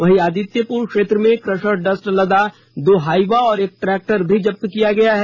वहीं आदित्यपुर क्षेत्र में क्रशर डस्ट लदा दो हाईवा और एक ट्रैक्टर भी जब्त किया गया है